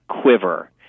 quiver